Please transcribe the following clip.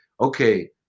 okay